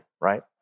right